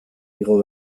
igo